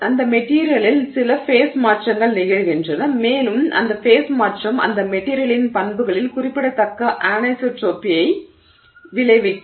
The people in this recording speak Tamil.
அந்த மெட்டீரியலில் சில ஃபேஸ் மாற்றங்கள் நிகழ்கின்றன மேலும் அந்த ஃபேஸ் மாற்றம் அந்த மெட்டீரியலின் பண்புகளில் குறிப்பிடத்தக்க அனிசோட்ரோபியை விளைவிக்கும்